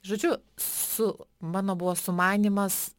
žodžiu su mano buvo sumanymas